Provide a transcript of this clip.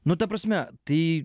nu ta prasme tai